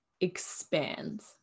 expands